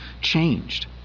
changed